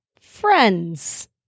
friends